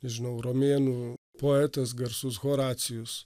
nežinau romėnų poetas garsus horacijus